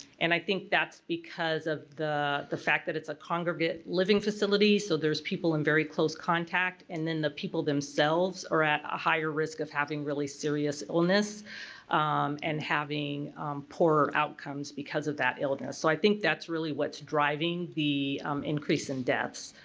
and i think that's because of the the fact that it's a congregate living facility so there's people in very close contact and then the people themselves are at a higher risk of having really serious illness and having poor outcomes because of that illness so i think that's really what's driving the increase in deaths